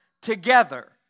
together